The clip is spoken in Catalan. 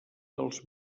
dels